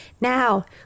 Now